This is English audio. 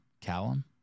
Callum